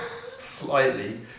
Slightly